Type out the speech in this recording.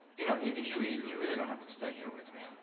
you know, if you've eaten, you really don't have to stay here with me.